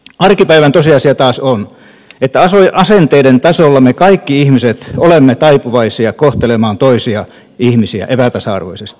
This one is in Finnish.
arkipäivän tosiasia taas on että asenteiden tasolla me kaikki ihmiset olemme taipuvaisia kohtelemaan toisia ihmisiä epätasa arvoisesti